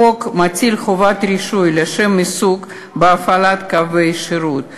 החוק מטיל חובת רישוי לשם עיסוק בהפעלת קווי שירות לאוטובוס,